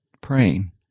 praying